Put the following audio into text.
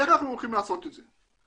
איך אנחנו הולכים לעשות את זה?